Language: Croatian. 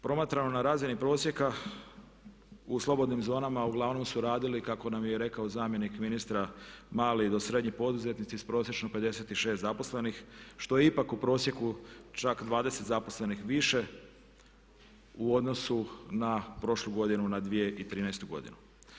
Promatram na razini prosjeka u slobodnim zonama, uglavnom su radili kako nam je rekao zamjenik ministra mali do srednji poduzetnici s prosječno 56 zaposlenih što je ipak u prosjeku čak 20 zaposlenih više u odnosu na prošlu godinu na 2013.godinu.